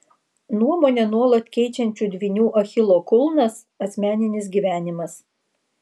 nuomonę nuolat keičiančių dvynių achilo kulnas asmeninis gyvenimas